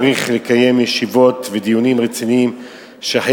צריך לקיים ישיבות ודיונים רציניים כדי